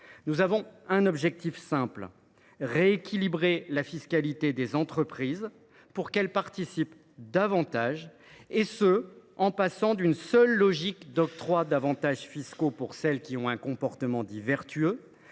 Nous avons un objectif simple : rééquilibrer la fiscalité des entreprises, afin qu’elles participent davantage aux efforts, en passant de la seule logique d’octroi d’avantages fiscaux en faveur de celles qui ont un comportement dit « vertueux »